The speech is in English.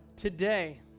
Today